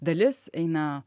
dalis eina